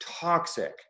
toxic